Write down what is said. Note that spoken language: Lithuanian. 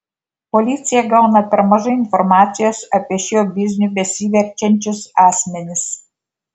policija gauna per mažai informacijos apie šiuo bizniu besiverčiančius asmenis